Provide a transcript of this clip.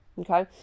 okay